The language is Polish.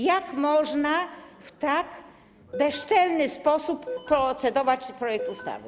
Jak można w tak bezczelny sposób procedować nad projektem ustawy?